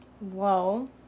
Whoa